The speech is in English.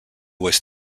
was